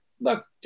look